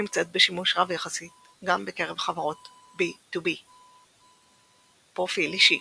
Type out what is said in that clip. היא נמצאת בשימוש רב יחסית גם בקרב חברות B2B. פרופיל אישי